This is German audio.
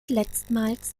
letztmals